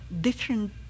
different